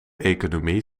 economie